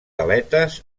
aletes